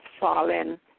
fallen